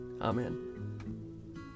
Amen